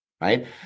Right